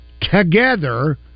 Together